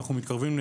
אנו מתקרבים ל-20%.